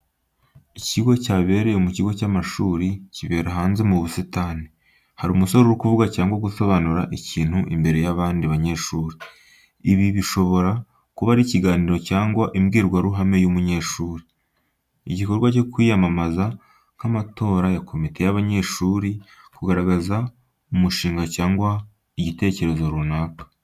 Igikorwa cyabereye mu kigo cy’amashuri, kibera hanze mu busitani. Hari umusore uri kuvuga cyangwa gusobanura ikintu imbere y’abandi banyeshuri. Ibi bishobora kuba ari ikiganiro cyangwa imbwirwaruhame y’umunyeshuri. Igikorwa cyo kwiyamamaza nk’amatora ya komite y’abanyeshuri, kugaragaza umushinga cyangwa igitekerezo runaka.